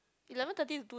eleven thirty to two